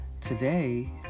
Today